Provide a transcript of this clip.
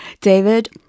David